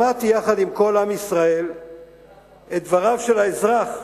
שמעתי יחד עם כל עם ישראל את דבריו של האזרח,